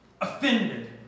Offended